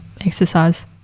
exercise